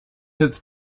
have